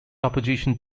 opposition